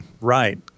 Right